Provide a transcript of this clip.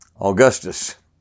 Augustus